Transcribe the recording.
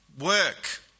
work